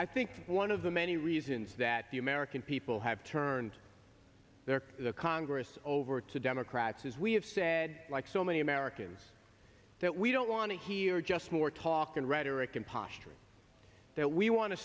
i think one of the many reasons that the american people have turned their congress over to democrats as we have said like so many americans that we don't want to hear just more talk and rhetoric and posturing that we want to